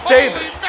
Davis